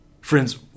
Friends